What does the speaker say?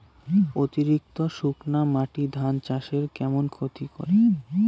অতিরিক্ত শুকনা মাটি ধান চাষের কেমন ক্ষতি করে?